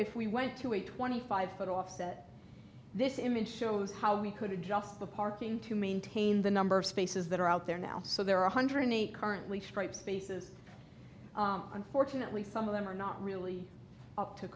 if we went to a twenty five foot offset this image shows how we could adjust the parking to maintain the number of spaces that are out there now so there are one hundred eight currently straight spaces unfortunately some of them are not really up to